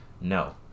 No